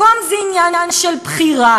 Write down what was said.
מקום זה עניין של בחירה,